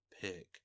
pick